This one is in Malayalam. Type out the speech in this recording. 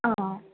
ആ